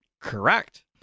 Correct